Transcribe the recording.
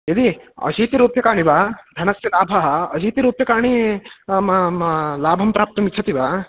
यदि अशीति रूप्यकाणि वा धनस्य लाभः अशीति रूप्यकाणि लाभं प्राप्तुम् इच्छति वा